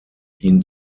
ihn